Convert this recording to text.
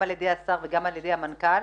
נאמר על ידי השר ועל ידי המנכ"ל,